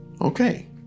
Okay